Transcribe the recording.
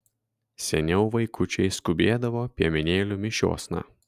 seniau vaikučiai skubėdavo piemenėlių mišiosna